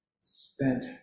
spent